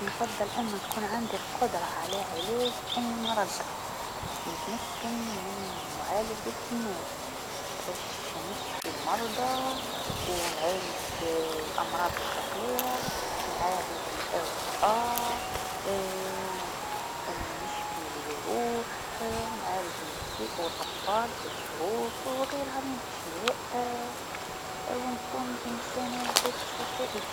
نفضل أنو تكون عندي القدره على علاج أي مرض باش نتمكن من معالجه الناس باش نشفي المرضى و نعالج الأمراض الخطيره نعالج الأوبئه نشفي الجروح، نعالج النساء و الأطفال في الحروب و غيرها من الأشياء و نكون إنسانه ذات فائده.